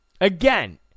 Again